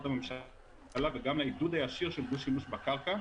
הממשלה וגם העידוד הישיר לדו-שימוש בקרקע,